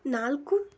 ನಾಲ್ಕು